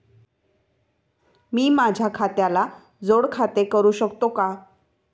मी माझ्या खात्याला जोड खाते करू शकतो का?